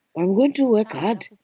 i'm going to work hard.